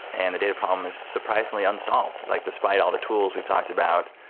and the data problem is surprisingly unsolved, like despite all the tools we've talked about,